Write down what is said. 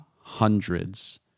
hundreds